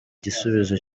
gisubizo